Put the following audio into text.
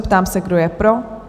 Ptám se, kdo je pro?